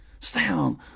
sound